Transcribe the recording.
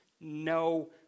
no